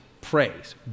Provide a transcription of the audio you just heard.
praise